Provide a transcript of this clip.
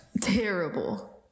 terrible